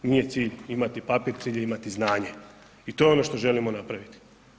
I nije cilj imati papir, cilj je imati znanje i to je ono što želimo napraviti.